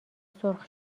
سرخ